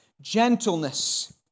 gentleness